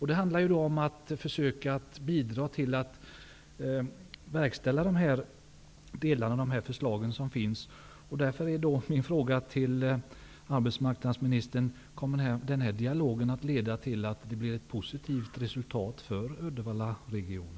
Det gäller att försöka verkställa de här förslagen som finns framlagda, och min fråga till arbetsmarknadsministern är: Kommer den här dialogen att leda till ett positivt resultat för Uddevallaregionen?